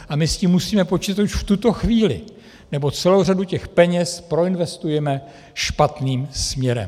A my s tím musíme počítat už v tuto chvíli, nebo celou řadu těch peněz proinvestujeme špatným směrem.